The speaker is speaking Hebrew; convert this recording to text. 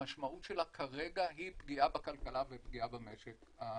המשמעות שלה כרגע היא בפגיעה בכלכלה ופגיעה במשק הישראלי.